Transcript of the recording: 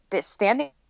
standing